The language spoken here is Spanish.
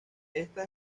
esta